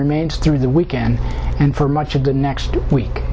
remains through the weekend and for much of the next week